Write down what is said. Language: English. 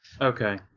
Okay